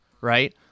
right